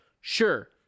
sure